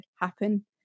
happen